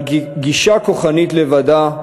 אבל גישה כוחנית לבדה,